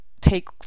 take